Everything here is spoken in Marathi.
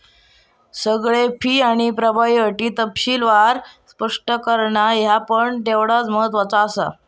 सगळे फी आणि प्रभावी अटी तपशीलवार स्पष्ट करणा ह्या पण तेवढाच महत्त्वाचा आसा